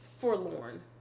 forlorn